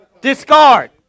Discard